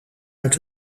uit